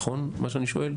זה נכון מה שאני שואל?